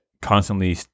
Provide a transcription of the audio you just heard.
constantly